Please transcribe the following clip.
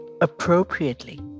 appropriately